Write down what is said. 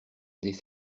des